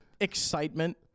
Excitement